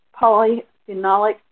polyphenolic